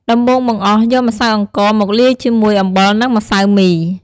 ដំបូងបង្អស់ យក ម្សៅអង្ករ មកលាយជាមួយ អំបិល និង ម្សៅមី។